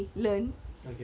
okay K reasonable